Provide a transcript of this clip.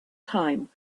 time